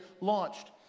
launched